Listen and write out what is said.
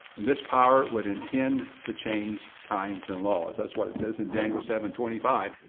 and this power would intend to change times and laws. that's what it says in daniel seven twenty five.